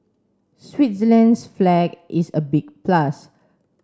Switzerland's flag is a big plus